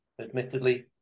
admittedly